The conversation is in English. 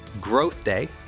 #GrowthDay